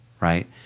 right